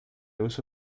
uso